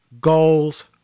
goals